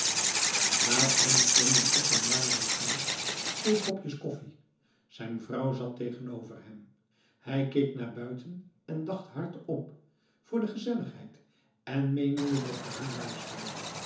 naast hem stonden op een marmeren knaap twee kopjes koffie zijn vrouw zat tegenover hem hij keek naar buiten en dacht hardop voor de gezelligheid en menende dat marie luisterde